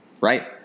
Right